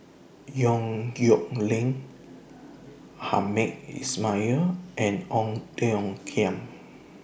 Yong Nyuk Lin Hamed Ismail and Ong Tiong Khiam